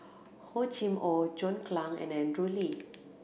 Hor Chim Or John Clang and Andrew Lee